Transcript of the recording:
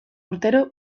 urtero